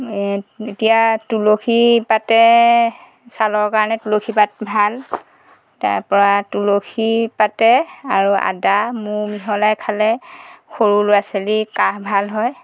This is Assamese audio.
এতিয়া তুলসী পাতে চালৰ কাৰণে তুলসী পাত ভাল তাৰপৰা তুলসীপাতে আৰু আদা মৌ মিহলাই খালে সৰু ল'ৰা ছোৱালীৰ কাহ ভাল হয়